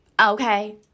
Okay